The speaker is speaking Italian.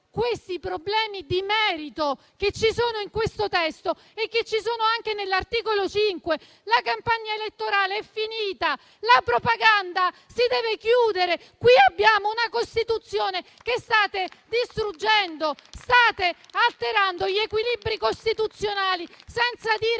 i problemi di merito che ci sono in questo testo, anche nell'articolo 5. La campagna elettorale è finita, la propaganda si deve chiudere. Qui abbiamo una Costituzione che state distruggendo. State alterando gli equilibri costituzionali, senza dire